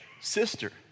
sister